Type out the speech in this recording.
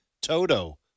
Toto